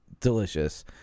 delicious